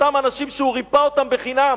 אותם אנשים שהוא ריפא אותם בחינם.